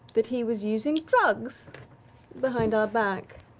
that he was using drugs behind our back.